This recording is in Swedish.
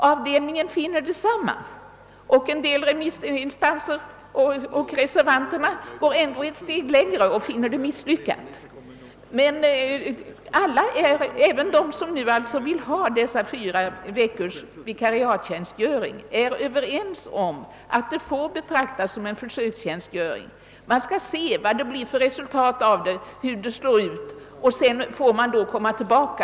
Avdelningen tycker detsamma. En del remissinstanser och reservanterna går ännu ett steg längre och finner förslaget misslyckat. Men alla, även de som nu vill ha dessa fyra veckors vikariatstjänstgöring, är överens om att det får betraktas såsom en försökstjänstgöring. Man skall se vad resultatet blir av det och hur det slår ut. Sedan får man komma tillbaka.